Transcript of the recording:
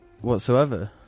whatsoever